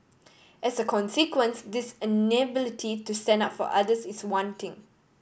as a consequence this inability to stand up for others is one thing